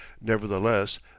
nevertheless